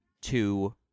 two